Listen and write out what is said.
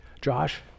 Josh